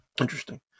Interesting